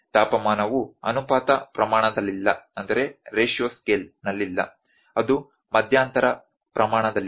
ತಾಪಮಾನವು ಅನುಪಾತ ಪ್ರಮಾಣದಲ್ಲಿಲ್ಲ ಅದು ಮಧ್ಯಂತರ ಪ್ರಮಾಣದಲ್ಲಿದೆ